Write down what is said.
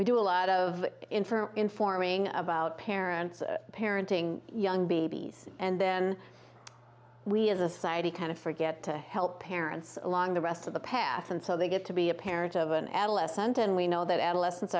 we do a lot of in for informing about parents parenting young babies and then we as a society kind of forget to help parents along the rest of the path and so they get to be a parent of an adolescent and we know that adolescen